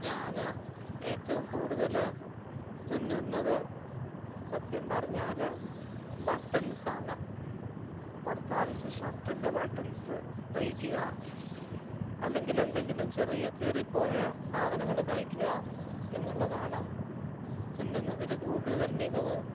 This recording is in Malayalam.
ഞാൻ ഏറ്റവും കൂടുതൽ തുന്നുന്നത് സത്യം പറഞ്ഞാൽ ബട്ടൺസ്സാണ് ഭർത്താവിന്റെ ഷർട്ടിന്റെ ബട്ടൺസ്സ് തയ്ക്കുക അല്ലെങ്കിൽ എന്തെങ്കിലും ചെറിയ കീറിപ്പോയ സാധനങ്ങൾ തയ്ക്കുക എന്നുള്ളതാണ് തുന്നുന്നതിൽ കൂടുതൽ മികവ്